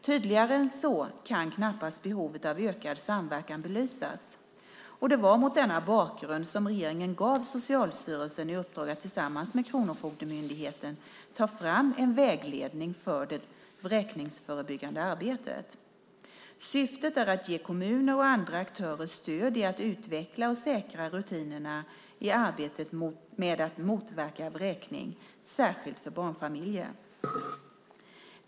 Tydligare än så kan knappast behovet av ökad samverkan belysas. Det var mot denna bakgrund som regeringen gav Socialstyrelsen i uppdrag att tillsammans med Kronofogdemyndigheten ta fram en vägledning för det vräkningsförebyggande arbetet. Syftet är att ge kommuner och andra aktörer stöd i att utveckla och säkra rutinerna i arbetet med att motverka vräkning, särskilt när det gäller barnfamiljer.